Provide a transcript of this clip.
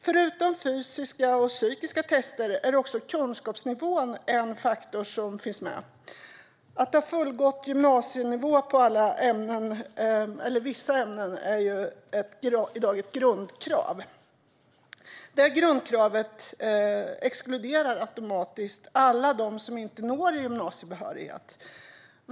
Förutom fysiska och psykiska tester är kunskapsnivån en faktor. Att ha godkänt gymnasiebetyg i vissa ämnen är ett grundkrav. Detta grundkrav exkluderar automatiskt alla dem som inte når godkänt i dessa ämnen.